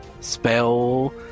spell